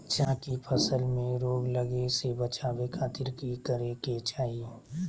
चना की फसल में रोग लगे से बचावे खातिर की करे के चाही?